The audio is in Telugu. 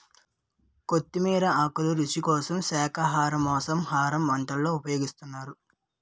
కొత్తిమీర ఆకులు రుచి కోసం శాఖాహార మాంసాహార వంటల్లో ఉపయోగిస్తున్నారు